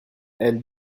elle